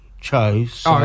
Chose